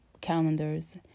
calendars